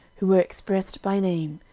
who were expressed by name,